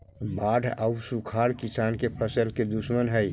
बाढ़ आउ सुखाड़ किसान के फसल के दुश्मन हइ